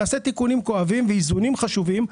נעשה תיקונים כואבים ואיזונים חשובים.